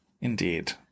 Indeed